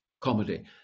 comedy